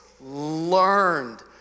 learned